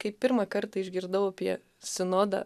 kai pirmą kartą išgirdau apie sinodą